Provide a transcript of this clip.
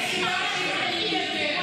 יש סיבה שהם עניים יותר.